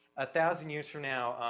a thousand years from now,